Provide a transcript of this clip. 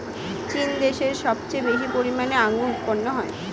চীন দেশে সব থেকে বেশি পরিমাণে আঙ্গুর উৎপন্ন হয়